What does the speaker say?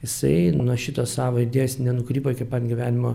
jisai nuo šitos savo idėjos nenukrypo iki pat gyvenimo